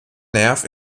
nerv